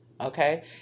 Okay